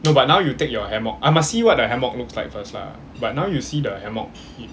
no but now you take your hammock I must see what the hammock looks like first lah but now you see the hammock